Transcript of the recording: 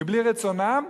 מבלי רצונם,